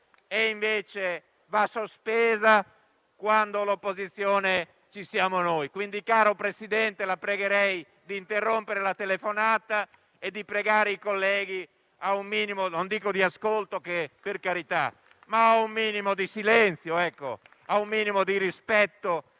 va invece sospesa quando all'opposizione ci siamo noi. Caro Presidente, la pregherei di interrompere la telefonata e di invitare i colleghi a un minimo non dico di ascolto - per carità - ma almeno di silenzio, di rispetto